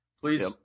please